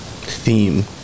theme